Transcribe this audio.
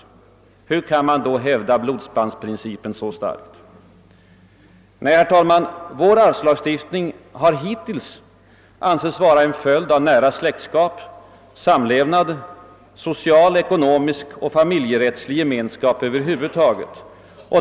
Nej, herr talman, vår arvslagstiftning har hittills ansetts vara en följd av nära släktskap, sammanlevnad samt social, ekonomisk och familjerättslig gemenskap över huvud taget.